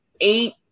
eight